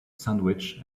sandwich